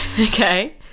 Okay